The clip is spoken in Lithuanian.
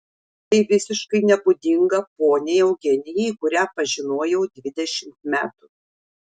tai visiškai nebūdinga poniai eugenijai kurią pažinojau dvidešimt metų